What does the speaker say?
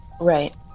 Right